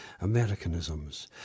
Americanisms